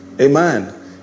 Amen